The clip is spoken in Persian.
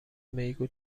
میگو